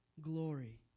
glory